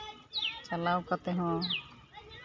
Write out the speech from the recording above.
ᱪᱟᱞᱟᱜ ᱠᱟᱛᱮᱜ ᱦᱚᱸ